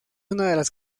las